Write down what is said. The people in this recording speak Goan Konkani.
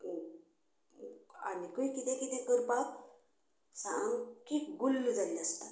आनीकूय कितें कितें करपाक सामकी गुल्ल जाल्ली आसतात